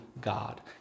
God